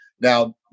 now